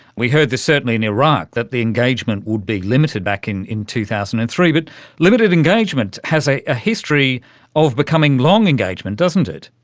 we heard this certainly in iraq, that the engagement would be limited back in in two thousand and three. but limited engagement has a history of becoming long engagement, doesn't it.